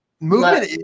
Movement